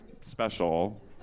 special